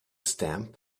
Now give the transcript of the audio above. stamp